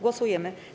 Głosujemy.